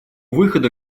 выхода